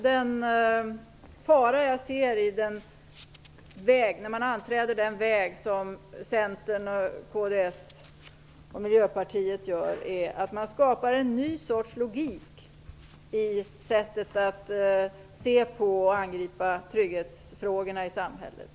Den fara jag ser när man anträder den väg som Centern, Miljöpartiet och kds gör är att man skapar en ny sorts logik i sättet att se på och angripa trygghetsfrågorna i samhället.